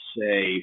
say